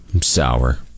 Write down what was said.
sour